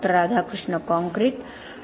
Radhakrishna concrete Dr